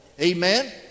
Amen